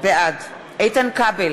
בעד איתן כבל,